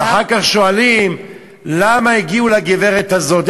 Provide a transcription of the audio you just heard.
ואחר כך שואלים למה הגיעו לגברת הזאת.